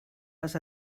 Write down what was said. les